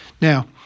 Now